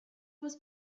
was